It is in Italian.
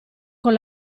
con